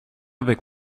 avec